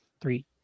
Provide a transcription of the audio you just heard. three